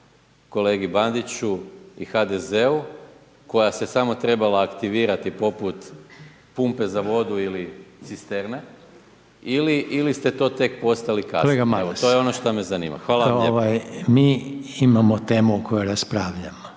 kolegi Bandiću i HDZ-u koja se samo trebala aktivirati poput pumpe za vodu ili cisterne ili ste to tek postali kasnije? …/Upadica: Kolega Maras/…evo,